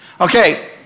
Okay